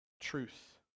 Truth